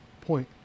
Point